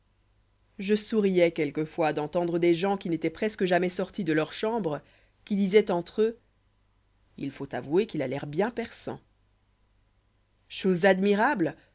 je souriois quelquefois d'entendre des gens qui n'étoient presque jamais sortis de leur chambre qui disoient entre eux il faut avouer qu'il a l'air bien persan chose admirable